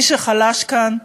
ונפסול את